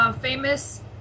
famous